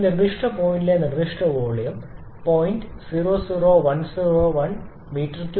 ഈ നിർദ്ദിഷ്ട പോയിന്റിലെ നിർദ്ദിഷ്ട വോള്യവും 0